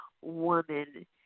woman